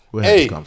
Hey